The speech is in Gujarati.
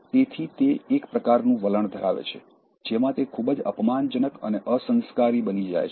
તેથી તે એક પ્રકારનું વલણ ધરાવે છે જેમાં તે ખૂબ જ અપમાનજનક અને અસંસ્કારી બની જાય છે